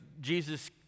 Jesus